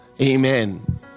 Amen